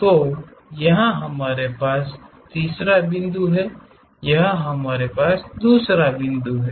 तो यहाँ 3 हमारे पास है यहाँ हमारे पास 2 है